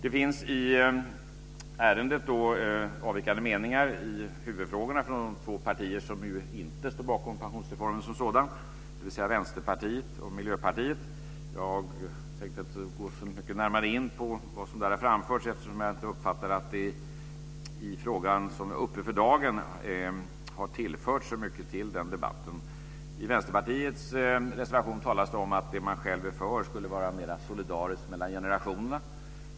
Det finns i ärendet avvikande meningar i huvudfrågorna från de två partier som inte står bakom pensionsreformen som sådan, dvs. Vänsterpartiet och Miljöpartiet. Jag tänkte inte gå så mycket närmare in på vad som har framförts eftersom jag inte uppfattar att det har tillförts så mycket när det gäller den fråga som är uppe för dagen. I Vänsterpartiets reservation talas det om att det som man själv är för skulle vara mera solidariskt mellan generationerna.